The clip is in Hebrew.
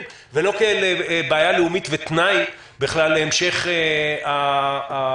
ולא כאל בעיה לאומית ותנאי בכלל להמשך הפעילות.